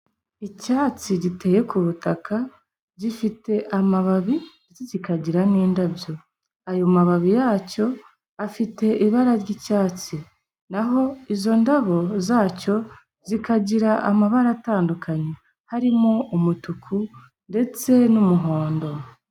Icyatsi giteye ku butaka gifite amababi ndetse kikagira n'indabyo, ayo mababi yacyo afite ibara ry'icyatsi na ho izo ndabo zacyo zikagira amabara atandukanye harimo umutuku ndetse n'umuhondo.